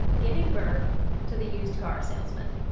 giving birth to the used car salesman.